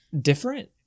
different